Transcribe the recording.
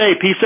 Peace